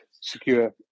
secure